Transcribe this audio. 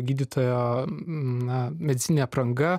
gydytojo na medicininė apranga